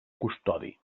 custodi